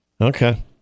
Okay